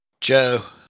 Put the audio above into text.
Joe